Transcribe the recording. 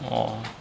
orh